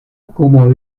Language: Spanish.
como